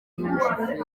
n’umushoferi